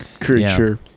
creature